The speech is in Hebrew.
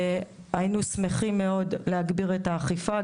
היינו שמחים מאוד להגביר את האכיפה.